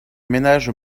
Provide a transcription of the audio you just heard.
ménages